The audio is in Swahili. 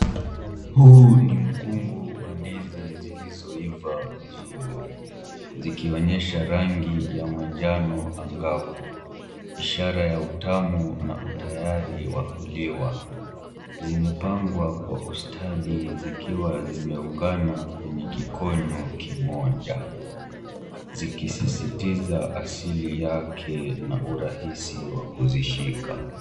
Huu ni mkungu wa ndizi zilizoiva vizuri zikionyesha rangi ya manjano angavu ishara ya utamu na utayari wa kuliwa. Zimepangwa kwa ustadhi zikiwa zimeungana kwenye kikonyo kimoja zikisisitiza asili yake na urahisi wa kuzishika.